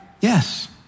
yes